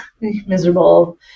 miserable